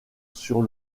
sur